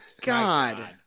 God